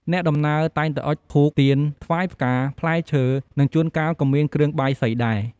អ្នកដំណើរតែងតែអុជធូប ទៀន ថ្វាយផ្កា ផ្លែឈើ និងជួនកាលក៏មានគ្រឿងបាយសីដែរ។